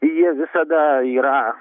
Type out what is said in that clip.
jie visada yra